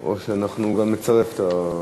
או שאנחנו גם נצרף את,